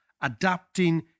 adapting